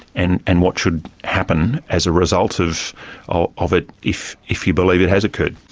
and and what should happen as a result of ah of it if if you believe it has occurred.